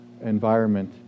environment